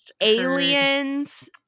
aliens